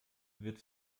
wird